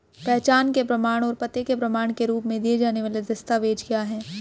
पहचान के प्रमाण और पते के प्रमाण के रूप में दिए जाने वाले दस्तावेज क्या हैं?